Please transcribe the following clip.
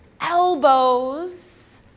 elbows